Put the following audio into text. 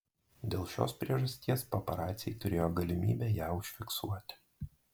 dėl šios priežasties paparaciai turėjo galimybę ją užfiksuoti